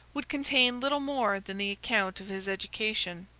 would contain little more than the account of his education,